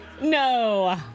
No